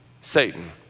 Satan